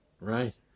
right